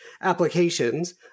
applications